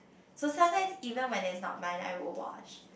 so sometimes even when that's not mine I will wash